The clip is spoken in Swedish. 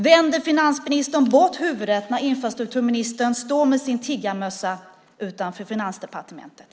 Vänder finansministern bort huvudet när infrastrukturministern står med sin tiggarmössa utanför Finansdepartementet?